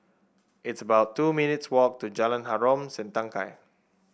it's about two minutes' walk to Jalan Harom Setangkai